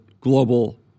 global